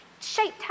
shaped